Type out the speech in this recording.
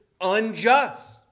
unjust